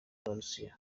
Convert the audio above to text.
b’abarusiya